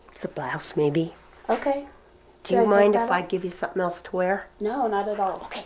the blouse, maybe okay do you mind if i give you something else to wear? no. not at all